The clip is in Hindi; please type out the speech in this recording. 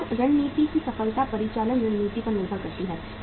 व्यापार रणनीति की सफलता परिचालन रणनीति पर निर्भर करती है